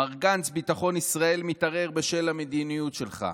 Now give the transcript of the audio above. מר גנץ, ביטחון ישראל מתערער בשל המדיניות שלך".